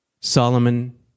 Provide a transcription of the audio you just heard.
Solomon